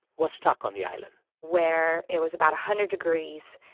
was stuck on the island where it was about a hundred degrees,